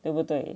对不对